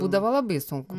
būdavo labai sunku